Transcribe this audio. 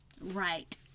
Right